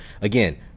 again